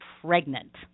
pregnant